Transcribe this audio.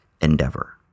endeavor